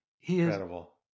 Incredible